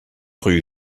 rue